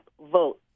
vote